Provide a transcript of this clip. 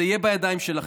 זה יהיה בידיים שלכם.